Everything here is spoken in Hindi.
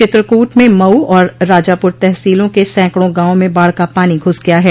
चित्रकूट में मऊ और राजापुर तहसीलों के सैकड़ों गांवों में बाढ़ का पानी घुस गया है